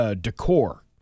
decor